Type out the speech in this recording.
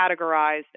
categorized